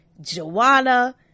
Joanna